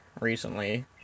recently